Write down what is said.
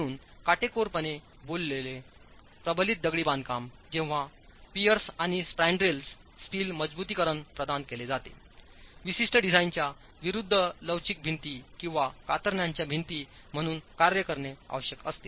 म्हणून काटेकोरपणे बोलले प्रबलित दगडी बांधकाम जेव्हा पियर्स आणि स्पॅन्ड्रेलस स्टील मजबुतीकरण प्रदान केले जाते विशिष्ट डिझाइनच्या विरूद्ध लवचिक भिंती किंवाकातरणाच्याभिंती म्हणून कार्य करणे आवश्यक असते